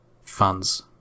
funds